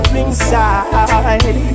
inside